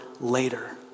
later